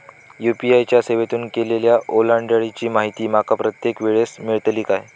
UPI च्या सेवेतून केलेल्या ओलांडाळीची माहिती माका प्रत्येक वेळेस मेलतळी काय?